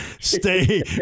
stay